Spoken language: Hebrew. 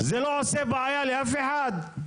זה לא עושה בעיה לאף אחד,